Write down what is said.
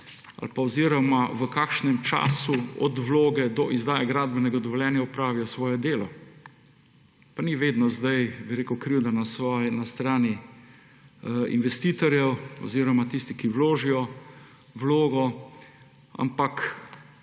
oziroma v kakšnem času od vloge do izdaje gradbenega dovoljenja opravijo svoje delo. Pa ni vedno krivda na strani investitorjev oziroma tistih, ki vložijo vlogo, ampak